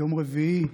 ביום רביעי,